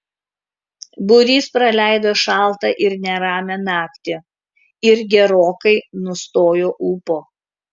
būrys praleido šaltą ir neramią naktį ir gerokai nustojo ūpo